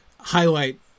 highlight